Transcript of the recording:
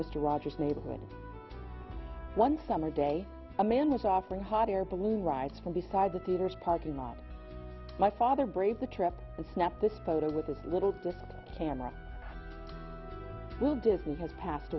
mr rogers neighborhood one summer day a man was offering hot air balloon rides from beside the theaters parking lot my father braved the trip and snapped this photo with his little camera he has passed